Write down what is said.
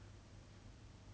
it's not organic